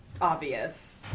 obvious